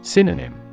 Synonym